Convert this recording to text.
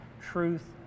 truth